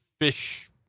fish